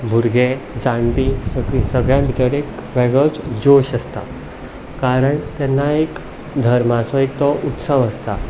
भुरगे जाणटीं सगळीं सगळ्यां भितर एक वेगळोत जोश आसता कारण तेन्ना एक धर्मातो एक तो उत्सव आसता